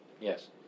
yes